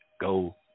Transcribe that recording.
go